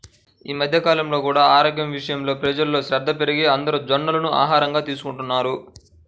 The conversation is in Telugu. ఈ మధ్య కాలంలో కూడా ఆరోగ్యం విషయంలో ప్రజల్లో శ్రద్ధ పెరిగి అందరూ జొన్నలను ఆహారంగా తీసుకుంటున్నారు